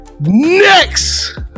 next